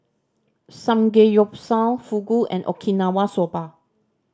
Samgeyopsal Fugu and Okinawa Soba